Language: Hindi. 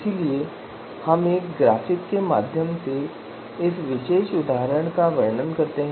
इसलिए हम एक ग्राफिक के माध्यम से इस विशेष उदाहरण का वर्णन करते हैं